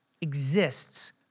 exists